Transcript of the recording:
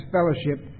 Fellowship